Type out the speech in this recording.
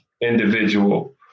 individual